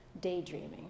daydreaming